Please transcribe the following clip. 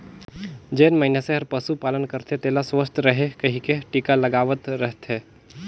जेन मइनसे हर पसु पालन करथे तेला सुवस्थ रहें कहिके टिका लगवावत रथे